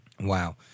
Wow